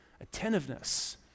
Attentiveness